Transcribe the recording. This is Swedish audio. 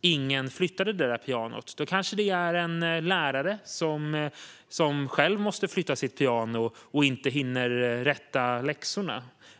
ingen flyttar det där pianot kanske en lärare själv måste flytta det och hinner därför inte rätta läxorna.